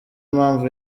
impamvu